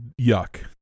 yuck